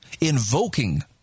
invoking